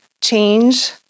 change